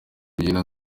kugenda